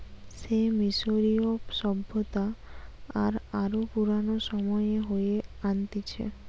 সে মিশরীয় সভ্যতা আর আরো পুরানো সময়ে হয়ে আনতিছে